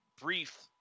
brief